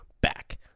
back